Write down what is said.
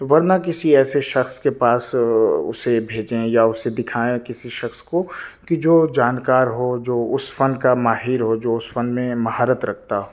ورنہ کسی ایسے شخص کے پاس اسے بھیجیں یا اسے دکھائیں کسی شخص کو کہ جو جانکار ہو جو اس فن کا ماہر ہو جو اس فن میں مہارت رکھتا ہو